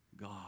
God